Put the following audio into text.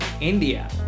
India